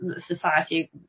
society